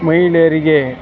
ಮಹಿಳೆಯರಿಗೆ